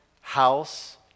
house